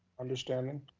understanding?